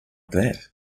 that